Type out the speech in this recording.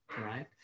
right